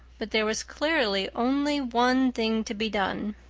but there was clearly only one thing to be done.